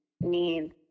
need